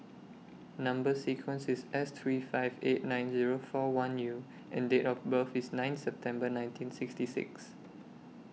Number sequence IS S three five eight nine Zero four one U and Date of birth IS nine September nineteen sixty six